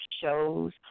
shows